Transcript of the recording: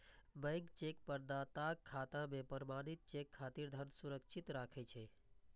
bank cheque प्रदाताक खाता मे प्रमाणित चेक खातिर धन सुरक्षित राखै छै